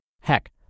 Heck